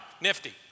nifty